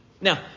Now